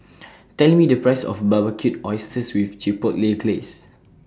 Tell Me The Price of Barbecued Oysters with Chipotle Glaze